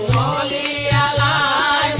da yeah da